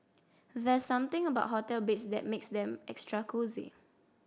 there's something about hotel beds that makes them extra cosy